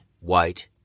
white